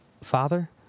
Father